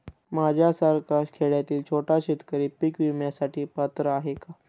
माझ्यासारखा खेड्यातील छोटा शेतकरी पीक विम्यासाठी पात्र आहे का?